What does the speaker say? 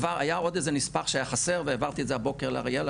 היה עוד איזה נספח שהיה חסר והעברתי את זה הבוקר לאריאלה,